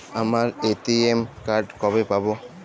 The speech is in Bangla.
আমার এ.টি.এম কার্ড কবে পাব?